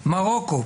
מרוקו,